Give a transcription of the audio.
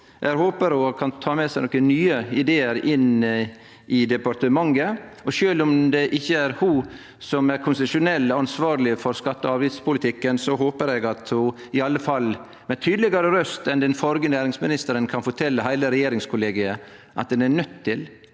eg håpar ho kan ta med seg nokre nye idear inn i departementet. Sjølv om det ikkje er ho som er konstitusjonelt ansvarleg for skatte- og avgiftspolitikken, håpar eg at ho – iallfall med tydelegare røyst enn den førre næringsministeren – kan fortelje heile regjeringskollegiet at ein er nøydd til å